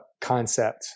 concept